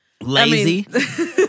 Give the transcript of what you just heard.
Lazy